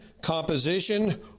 composition